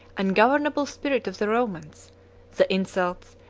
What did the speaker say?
ungovernable spirit of the romans the insults,